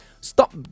stop